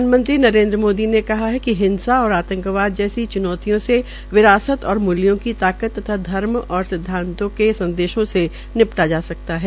प्रधानमंत्री नरेन्द्र मोदी ने कहा है कि हिंसा और आतंकबाद जैसी चुनौतियों से विरासत और मूल्यों की ताकत तथा धर्म और उसके सिदवांतों के संदेशों से निपटा जा सकता है